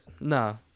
no